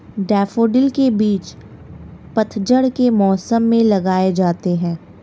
daffodil के बीज पतझड़ के मौसम में लगाए जाते हैं